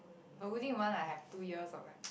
but wouldn't you want like I have two years of like